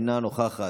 אינה נוכחת.